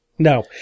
No